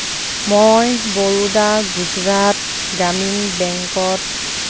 মই বৰোডা গুজৰাট গ্ৰামীণ বেংকত